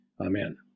amen